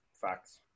Facts